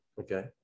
Okay